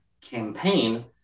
campaign